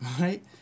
Right